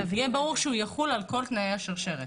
יהיה ברור שהוא יכול על כל תנאי השרשרת.